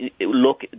look